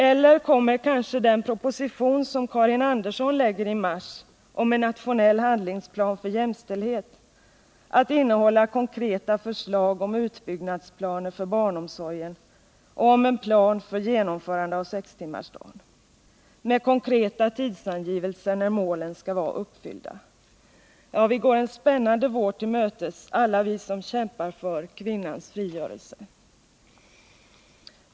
Eller kommer kanske den proposition som Karin Andersson lägger fram i mars om en nationell handlingsplan för jämställdhet att innehålla konkreta förslag om utbyggnadsplaner för barnomsorgen och om en plan för genomförande av sextimmarsdagen — med konkreta tidsangivelser när målen skall vara uppfyllda? Ja, vi går en spännande vår till mötes, alla vi som kämpar för kvinnans frigörelse.